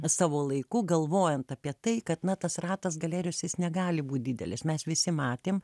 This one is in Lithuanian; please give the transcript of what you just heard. savo laiku galvojant apie tai kad na tas ratas galerijos jis negali būt didelis mes visi matėm